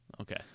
Okay